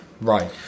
right